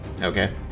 Okay